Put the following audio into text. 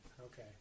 Okay